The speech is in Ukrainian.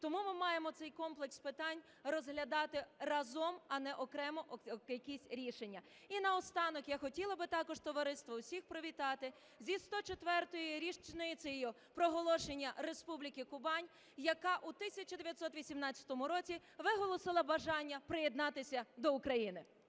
Тому ми маємо цей комплекс питань розглядати разом, а не окремо якісь рішення. І наостанок я хотіла би також, товариство, усіх привітати зі 104-ю річницею проголошення Республіки Кубань, яка у 1918 році виголосила бажання приєднатися до України.